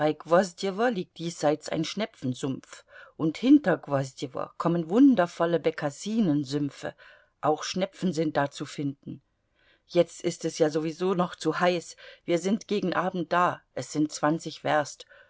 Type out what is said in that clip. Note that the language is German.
liegt diesseits ein schnepfensumpf und hinter gwosdjewo kommen wundervolle bekassinensümpfe auch schnepfen sind da zu finden jetzt ist es ja sowieso noch zu heiß wir sind gegen abend da es sind zwanzig werst